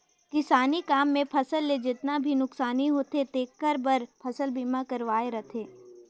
किसानी काम मे फसल ल जेतना भी नुकसानी होथे तेखर बर फसल बीमा करवाये रथें